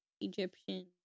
Egyptian